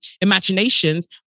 Imaginations